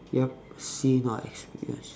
yup seen or experienced